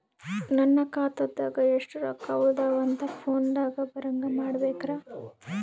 ನನ್ನ ಖಾತಾದಾಗ ಎಷ್ಟ ರೊಕ್ಕ ಉಳದಾವ ಅಂತ ಫೋನ ದಾಗ ಬರಂಗ ಮಾಡ ಬೇಕ್ರಾ?